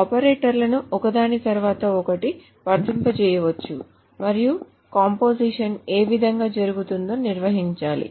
ఆపరేటర్లను ఒకదాని తరువాత ఒకటి వర్తింపచేయవచ్చు మరియు కంపోజిషన్ ఏ విధంగా జరుగుతుందో నిర్వచించాలి